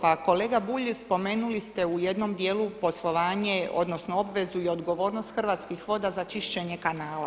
Pa kolega Bulj spomenuli ste u jednom dijelu poslovanje, odnosno obvezu i odgovornost Hrvatskih voda za čišćenje kanala.